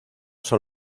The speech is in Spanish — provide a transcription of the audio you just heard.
son